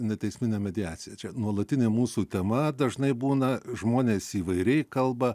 neteisminę mediaciją čia nuolatinė mūsų tema dažnai būna žmonės įvairiai kalba